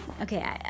Okay